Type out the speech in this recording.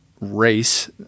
race